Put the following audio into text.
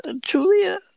Julia